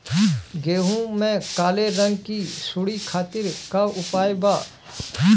गेहूँ में काले रंग की सूड़ी खातिर का उपाय बा?